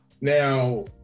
Now